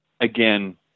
again